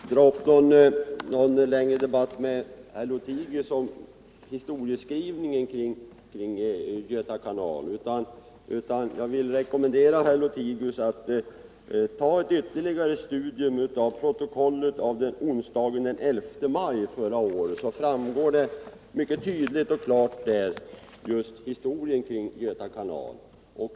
Herr talman! Jag skall inte dra upp någon längre debatt med herr Lothigius om historieskrivningen kring Göta kanal. Jag bara rekommenderar herr Lothigius att göra ett ytterligare studium av protokollet från onsdagen den 11 maj förra året. Där finns historien kring Göta kanal klart och tydligt återgiven.